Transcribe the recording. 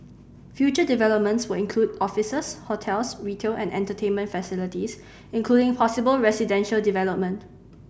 future developments will include offices hotels retail and entertainment facilities including possible residential development